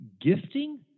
gifting